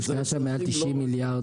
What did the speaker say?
אומר לכם מה ניסינו בארץ בדיוק את ההפך,